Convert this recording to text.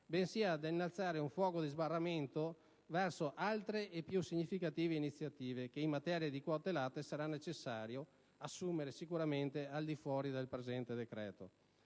bensì ad innalzare un fuoco di sbarramento verso altre e più significative iniziative che, in materia di quote latte, sarà necessario assumere sicuramente al di fuori del presente decreto.